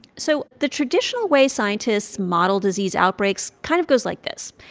so the traditional way scientists model disease outbreaks kind of goes like this.